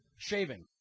Shaving